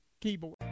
keyboard